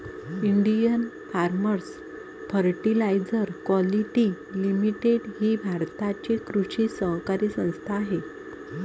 Indian farmers fertiliser quality limited ही भारताची कृषी सहकारी संस्था आहे